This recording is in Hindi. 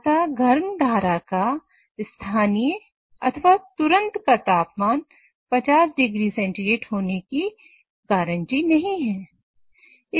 अतः गर्म धारा का स्थानीय अथवा तुरंत का तापमान 50 डिग्री सेंटीग्रेड होने की गारंटी नहीं है